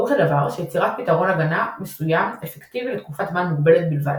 פירוש הדבר שיצירת פתרון הגנה מסוים אפקטיבי לתקופת זמן מוגבלת בלבד,